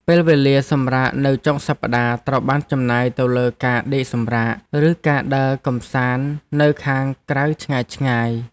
ពេលវេលាសម្រាកនៅចុងសប្តាហ៍ត្រូវបានចំណាយទៅលើការដេកសម្រាក ឬការដើរកម្សាន្តនៅខាងក្រៅឆ្ងាយៗ។